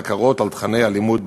בקרה על תוכני הלימוד בבתי-הספר.